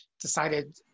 decided